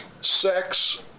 sex